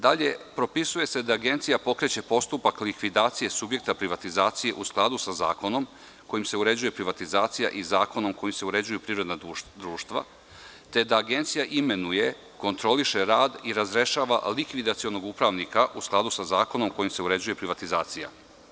Dalje, propisuje se da Agencija pokreće postupak likvidacije subjekta privatizacije u skladu sa zakonom kojim se uređuje privatizacija i zakonom kojim se uređuju privredna društva, te da Agencija imenuje, kontroliše rad i razrešava likvidacionog upravnika u skladu sa zakonom kojim se uređuje privatizacija.